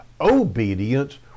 obedience